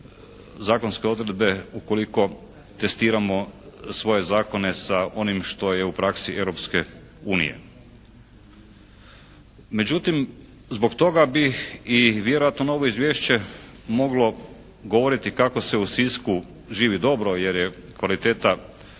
zakonske odredbe ukoliko testiramo svoje zakone sa onim što je u praksi Europske unije. Međutim, zbog toga bih i vjerojatno na ovo izvješće moglo govoriti kako se u Sisku živi dobro jer je kvaliteta